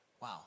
Wow